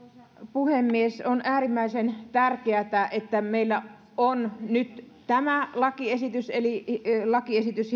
puhemies on äärimmäisen tärkeätä että meillä on nyt tämä lakiesitys eli lakiesitys